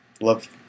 Love